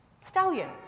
stallion